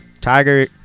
Tiger